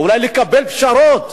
אולי לקבל פשרות,